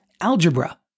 algebra